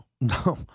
no